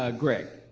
ah greg,